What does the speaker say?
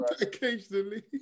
occasionally